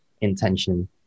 intention